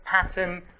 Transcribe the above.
pattern